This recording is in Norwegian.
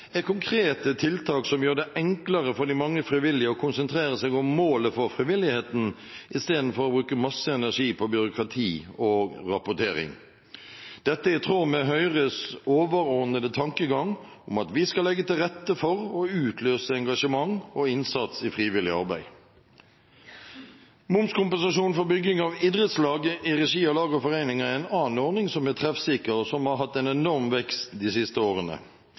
er konkrete tiltak som gjør det enklere for de mange frivillige å konsentrere seg om målet for frivilligheten istedenfor å bruke masse energi på byråkrati og rapportering. Dette er i tråd med Høyres overordnede tankegang om at vi skal legge til rette for og utløse engasjement og innsats i frivillig arbeid. Momskompensasjon for bygging av idrettsanlegg i regi av lag og foreninger er en annen ordning som er treffsikker, og som har hatt en enorm vekst de siste årene.